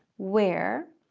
where?